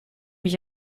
mich